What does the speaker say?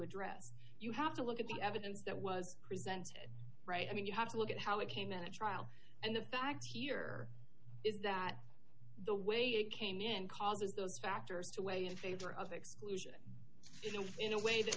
address you have to look at the evidence that was presented right i mean you have to look at how it came in a trial and the facts here is that the way it came in causes those factors to weigh in favor of exclusion in a way that